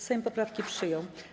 Sejm poprawki przyjął.